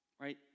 Right